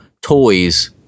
toys